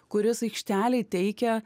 kuris aikštelėj teikia